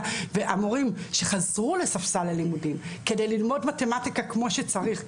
והמורים שחזרו לספסל הלימודים כדי ללמוד מתמטיקה כמו שצריך,